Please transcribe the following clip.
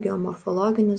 geomorfologinis